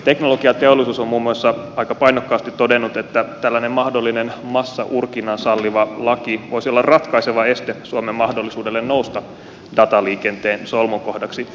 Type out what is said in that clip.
teknologiateollisuus on muun muassa aika painokkaasti todennut että tällainen mahdollinen massaurkinnan salliva laki voisi olla ratkaiseva este suomen mahdollisuudelle nousta dataliikenteen solmukohdaksi